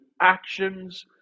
actions